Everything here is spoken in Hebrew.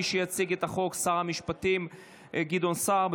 מי שיציג את החוק הוא שר המשפטים גדעון סער.